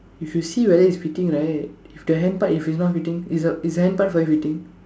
if you see whether it's fitting right if the hand part if it's not fitting is the is the hand part very fitting